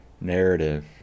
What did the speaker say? narrative